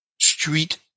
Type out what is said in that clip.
street